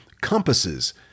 compasses